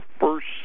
first